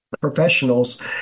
professionals